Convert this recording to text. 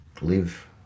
live